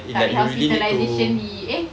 tak ada hospitalisation leave eh